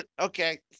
Okay